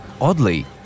Oddly